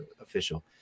official